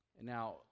Now